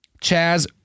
Chaz